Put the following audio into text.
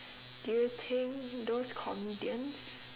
do you think those comedians